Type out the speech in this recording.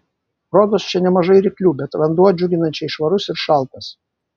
rodos čia nemažai ryklių bet vanduo džiuginančiai švarus ir šaltas